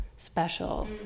special